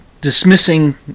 dismissing